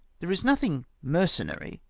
there is nothing mercenary,